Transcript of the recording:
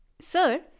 Sir